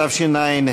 התשע"ה